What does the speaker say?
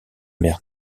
mer